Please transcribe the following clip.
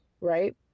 right